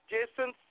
Jason